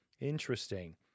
Interesting